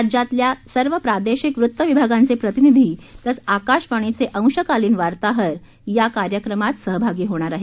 राज्यातल्या सर्व प्रादेशिक वृत विभागांचे प्रतिनिधी तसंच आकाशवाणीचे अंशकालीन वार्ताहर या कार्यक्रमात सहभागी होणार आहेत